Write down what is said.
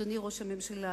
אדוני ראש הממשלה,